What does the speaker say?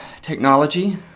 technology